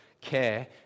care